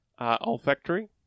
Olfactory